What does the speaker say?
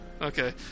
Okay